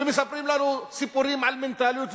ומספרים לנו סיפורים על מנטליות,